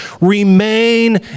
remain